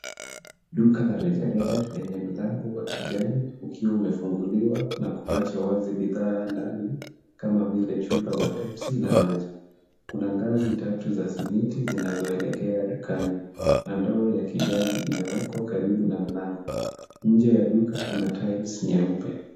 Duka la rejareja lenye mlango wa kijani ukiwa umefunguliwa na kuwacha wazi bidhaa ndani kama vile chupa za Pepsi na maji, kuna ngazi tatu za simiti zinazoeelekea dukani na ndoo ya kijani imewekwa karibu na mlango, nje ya duka kuna tiles nyeupe.